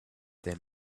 their